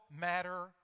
matter